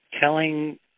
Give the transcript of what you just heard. telling